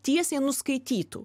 tiesiai nuskaitytų